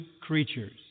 creatures